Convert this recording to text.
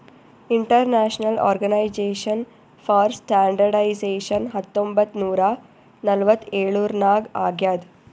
international organization for standardization ಹತ್ತೊಂಬತ್ ನೂರಾ ನಲ್ವತ್ತ್ ಎಳುರ್ನಾಗ್ ಆಗ್ಯಾದ್